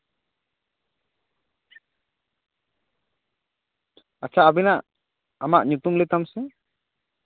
ᱟᱪᱪᱷᱟ ᱟᱵᱮᱱᱟᱜ ᱟᱢᱟᱜ ᱧᱩᱛᱩᱢ ᱞᱟᱹᱭ ᱛᱟᱢ ᱥᱮ